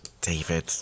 david